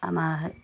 আমাৰ